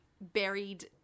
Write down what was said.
buried